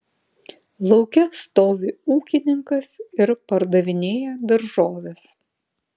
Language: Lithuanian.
lauke stovi ūkininkas ir pardavinėja daržoves